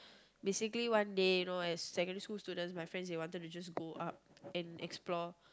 basically one day you know as secondary school students my friends they wanted to just go up and explore